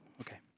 Okay